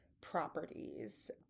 properties